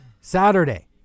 Saturday